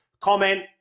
Comment